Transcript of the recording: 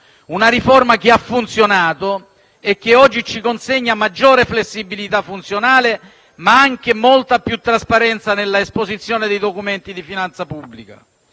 una riforma che ha funzionato e che oggi ci consegna maggiore flessibilità funzionale, ma anche molta più trasparenza nell'esposizione dei documenti di finanza pubblica,